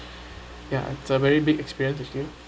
ya it's a very big experience actually